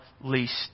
least